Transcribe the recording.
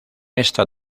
esta